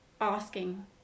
asking